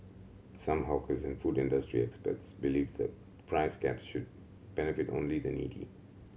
some hawkers and food industry experts believe the price caps should benefit only the needy